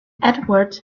edward